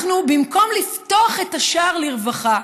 אנחנו, במקום לפתוח את השער לרווחה,